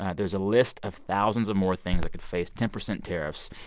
there's a list of thousands of more things that could face ten percent tariffs.